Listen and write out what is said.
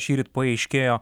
šįryt paaiškėjo